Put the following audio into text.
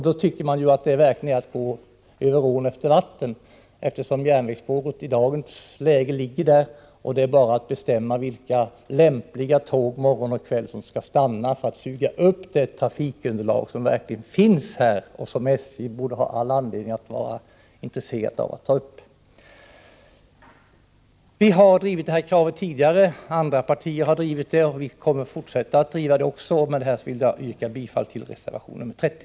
Det tycker jag verkligen är att gå över ån efter vatten — järnvägsspåret ligger där redan i dagens läge, och det är bara att bestämma vilka tåg morgon och kväll som lämpligen kan stanna för att betjäna de trafikanter som finns här; det är ett trafikunderlag som SJ borde ha anledning att vara intresserat av att suga upp. Vi har drivit det här kravet tidigare, andra partier har drivit det, och vi kommer att fortsätta att driva det. Med det här vill jag yrka bifall till reservation 30.